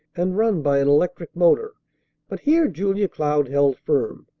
and run by an electric motor but here julia cloud held firm.